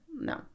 No